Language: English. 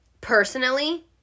Personally